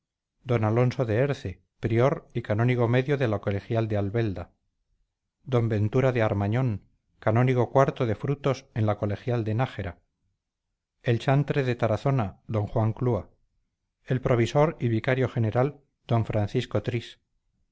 d alonso de herce prior y canónigo medio de la colegial de albelda d ventura de armañón canónigo cuarto de frutos en la colegial de nájera el chantre de tarazona d juan clúa el provisor y vicario general d francisco tris